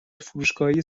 فروشگاههای